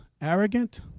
arrogant